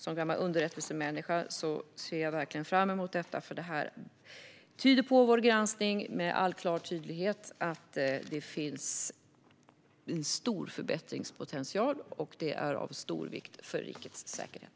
Som gammal underrättelsemänniska ser jag verkligen fram emot detta. Vår granskning tyder på att det finns en stor förbättringspotential, och det är av stor vikt för rikets säkerhet.